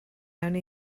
only